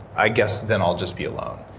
i guess then i'll just be alone.